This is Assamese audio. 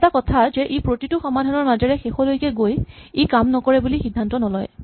এটা কথা যে ই প্ৰতিটো সমাধানৰ মাজেৰে শেষলৈকে গৈ ই কাম নকৰে বুলি সীদ্ধান্ত নলয়